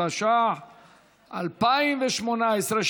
התשע"ח 2018,